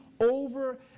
over